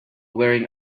wearing